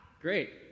Great